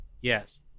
Yes